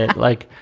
and like,